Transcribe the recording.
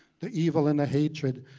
the evil and the hatred,